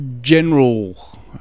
general